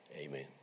Amen